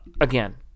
Again